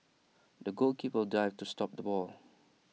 the goalkeeper dived to stop the ball